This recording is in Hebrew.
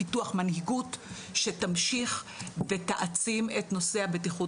פיתוח מנהיגות שתמשיך ותעצים את נושא בטיחות